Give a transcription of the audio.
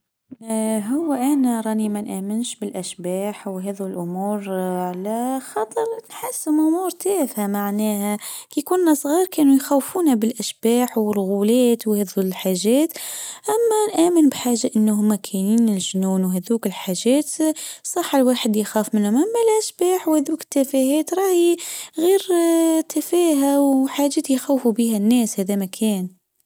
هو أنا راني مانأمنش بالأشباح وهذول الأمور على خاطر تحسه أن أمور تافهه معناها يكون صغار كانوا يخوفونا بالاشباح والغولات وهذو الحجات .اما نامن بحاجه انهم كين وجنون وهذوك الحجات صح الواحد يخاف منها ، اما الاشباح وهذوك التفاهات رائ غير تفاهه وحجات يخوفوا بيها الناس ف هذا مكان.